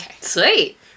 Sweet